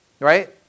Right